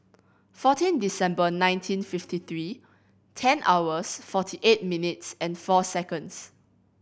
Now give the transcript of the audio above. fourteen December nineteen fifty three ten hours forty eight minutes and four seconds